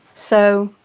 so.